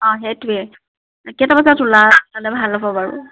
অঁ সেইটোৱেই কেইটা বজাত ওলালে ভাল হ'ব বাৰু